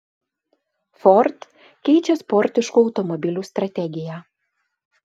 ford keičia sportiškų automobilių strategiją